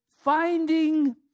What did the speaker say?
finding